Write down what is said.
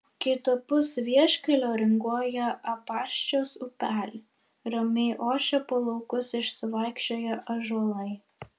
kitapus vieškelio ringuoja apaščios upelė ramiai ošia po laukus išsivaikščioję ąžuolai